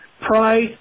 pride